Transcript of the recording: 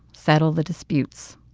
settle the disputes.